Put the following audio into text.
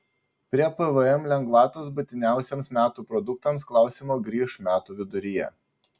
prie pvm lengvatos būtiniausiems metų produktams klausimo grįš metų viduryje